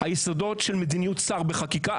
היסודות של מדיניות שר בחקיקה,